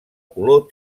color